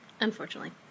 Unfortunately